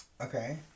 Okay